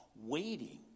waiting